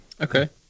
Okay